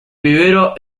vivero